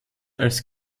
als